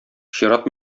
чират